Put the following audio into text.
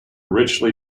richly